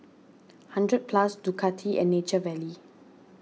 hundred Plus Ducati and Nature Valley